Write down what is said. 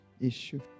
issue